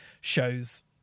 shows